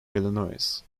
illinois